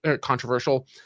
controversial